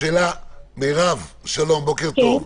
בוקר טוב.